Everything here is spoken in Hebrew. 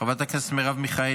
חברת הכנסת יסמין